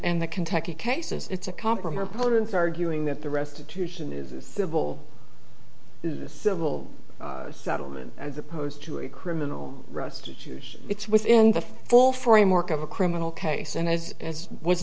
in the kentucky cases it's a compromise pollutants arguing that the restitution is civil civil settlement as opposed to a criminal restitution it's within the full framework of a criminal case and as was